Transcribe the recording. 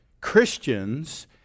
Christians